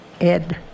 Ed